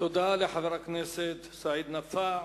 תודה לחבר הכנסת סעיד נפאע.